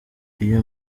iyo